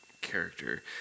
character